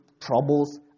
troubles